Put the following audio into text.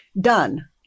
done